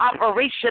operation